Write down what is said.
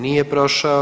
Nije prošao.